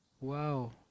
Wow